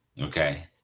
Okay